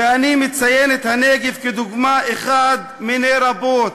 ואני מציין את הנגב כדוגמה אחת מני רבות.